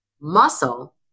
muscle